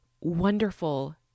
wonderful